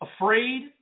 afraid